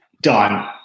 Done